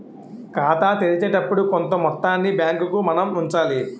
ఖాతా తెరిచేటప్పుడు కొంత మొత్తాన్ని బ్యాంకుకు మనం ఉంచాలి